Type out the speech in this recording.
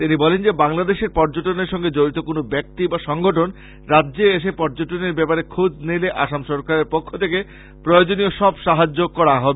তিনি বলেন যে বাংলাদেশের পর্যটনের সঙ্গে জড়িত কোন ব্যক্তি বা সংগঠন রাজ্যে এসে পর্যটনের ব্যাপারে খোজ নিলে রাজ্য সরকারের পক্ষ থেকে প্রয়োজনীয় সব সাহায্য করা হবে